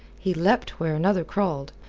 he leapt where another crawled.